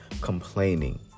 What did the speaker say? complaining